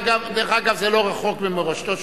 דרך אגב, זה לא רחוק ממורשתו.